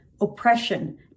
oppression